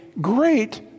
great